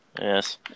Yes